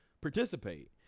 participate